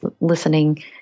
listening